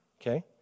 Okay